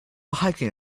hiking